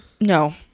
No